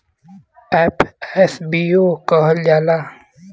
FSBO कहल जाला